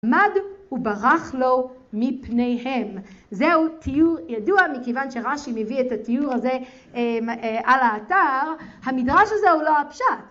עמד וברח לו מפניהם. זהו תיאור ידוע מכיוון שרש״י מביא את התיאור הזה על האתר המדרש הזה הוא לא הפשט